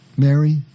Mary